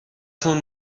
تون